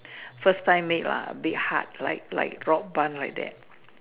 first time made lah a bit hard like like rock bun like that